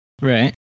Right